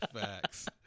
Facts